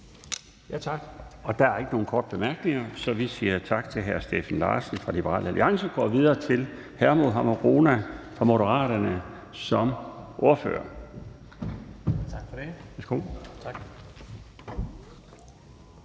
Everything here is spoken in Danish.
Laustsen): Der er ikke nogen korte bemærkninger, så vi siger tak til hr. Steffen Larsen fra Liberal Alliance og går videre til hr. Mohammad Rona fra Moderaterne som ordfører. Værsgo. Kl.